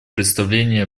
представление